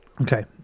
Okay